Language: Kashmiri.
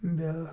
بیٛاکھ